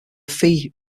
fee